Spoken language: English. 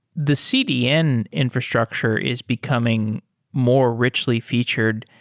the cdn infrastructure is becoming more richly featured.